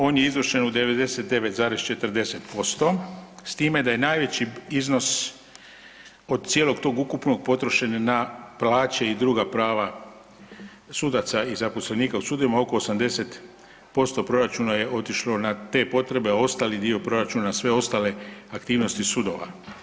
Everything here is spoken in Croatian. On je izvršne u 99,40% s time da je najveći iznos od cijelog tog ukupnog potrošen na plaće i druga prava sudaca i zaposlenika u sudovima, oko 80% proračuna je otišlo na te potrebe, a ostali dio proračuna na sve ostale aktivnosti sudova.